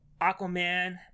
Aquaman